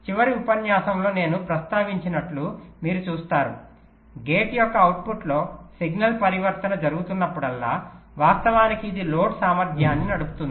చివరి ఉపన్యాసంలో నేను ప్రస్తావించినట్లు మీరు చూస్తారు గేట్ యొక్క అవుట్పుట్లో సిగ్నల్ పరివర్తన జరుగుతున్నప్పుడల్లా వాస్తవానికి ఇది లోడ్ సామర్థ్యాన్ని నడుపుతుంది